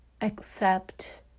accept